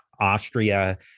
Austria